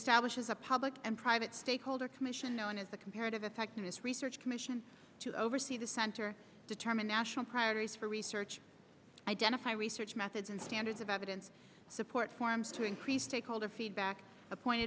establishes a public and private stakeholder commission known as the comparative effectiveness research commission to oversee the center determine national priorities for research my research methods and standards of evidence support forms to increase stakeholder feedback appoint